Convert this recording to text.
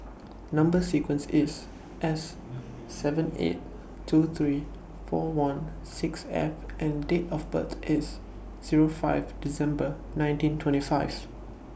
Number sequence IS S seven eight two three four one six F and Date of birth IS Zero five December nineteen twenty five